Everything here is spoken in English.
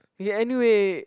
he anyway